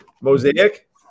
mosaic